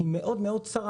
צרה,